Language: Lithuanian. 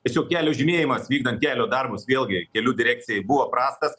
tiesiog kelio žymėjimas vykdant kelio darbus vėlgi kelių direkcijai buvo prastas